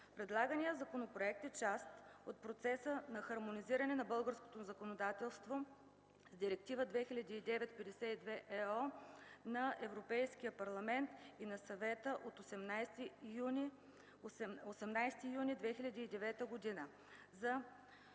Предлаганият законопроект е част от процеса на хармонизиране на българското законодателство с Директива 2009/52/ЕО на Европейския парламент и на Съвета от 18 юни 2009 г.